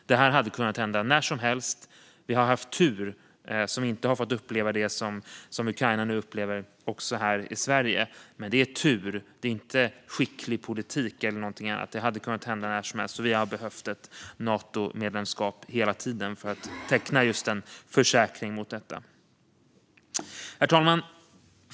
Detta hade kunnat hända när som helst. Vi har haft tur som här i Sverige inte har fått uppleva det som Ukraina nu upplever. Men det är tur, inte skicklig politik eller något annat. Det hade kunnat hända när som helst. Vi har behövt ett Natomedlemskap hela tiden för att teckna just en försäkring mot detta. Herr talman!